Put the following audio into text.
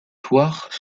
thouars